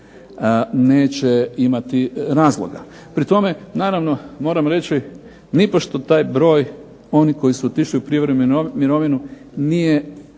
neće imati razloga. Pri tome, naravno moram reći, nipošto taj broj onih koji su otišli u prijevremenu mirovinu nije